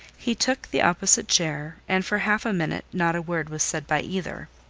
he took the opposite chair, and for half a minute not a word was said by either.